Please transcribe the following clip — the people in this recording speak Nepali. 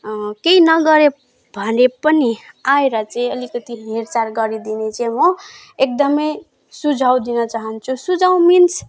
केही नगरे भने पनि आएर चाहिँ अलिकति हेरचाह गरिदिने चाहिँ म एकदमै सुझाउ दिन चाहन्छु सुझाउ मिन्स